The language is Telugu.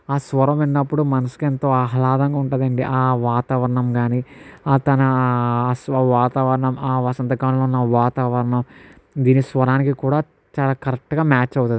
ఆ స్వరం విన్నప్పుడు మనసుకి ఎంతో ఆహ్లాదంగా ఉంటుందండి ఆ వాతావరణం కాని ఆ తన అసలా వాతావరణం ఆ వసంతకాలంలో ఉన్న వాతావరణం దీన్ని స్వరానికి కూడా చాలా కరెక్ట్ గా మ్యాచ్ అవుతుంది